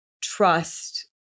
trust